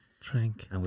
Drink